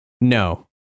No